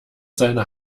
seiner